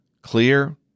clear